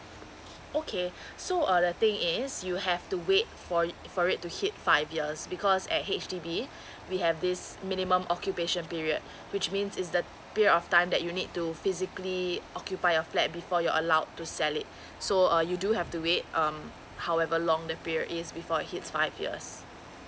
okay so uh the thing is you have to wait for for it to hit five years because at H_D_B we have this minimum occupation period which means is that period of time that you need to physically occupy a flat before you're allowed to sell it so uh you do have to wait um however long the period is before hits five years